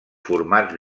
formats